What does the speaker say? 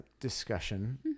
discussion